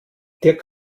dirk